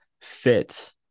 fit